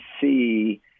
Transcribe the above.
see